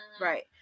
right